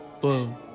Boom